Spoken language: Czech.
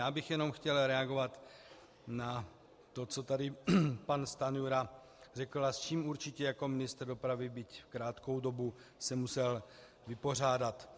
Já bych jenom chtěl reagovat na to, co tady pan Stanjura řekl a s čím určitě jako ministr dopravy, byť krátkou dobu, se musel vypořádat.